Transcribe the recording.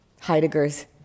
Heidegger's